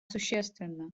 существенно